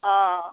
অঁ